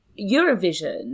Eurovision